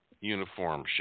uniform